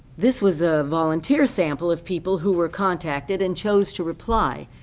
this was a volunteer sample of people who were contacted and chose to reply.